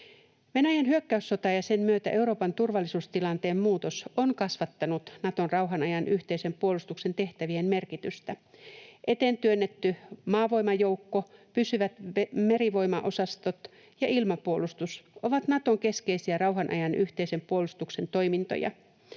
Venäjän hyökkäyssota ja sen myötä Euroopan turvallisuustilanteen muutos ovat kasvattaneet Naton rauhan ajan yhteisen puolustuksen tehtävien merkitystä. Eteen työnnetty maavoimajoukko, pysyvät merivoimaosastot ja ilmapuolustus ovat Naton keskeisiä rauhan ajan yhteisen puolustuksen toimintoja.